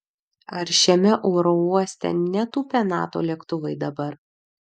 ar šiame oro uoste netūpia nato lėktuvai dabar